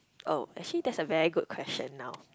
oh actually that's a very good question now